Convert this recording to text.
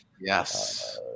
Yes